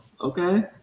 Okay